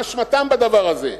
מה אשמתם בדבר הזה?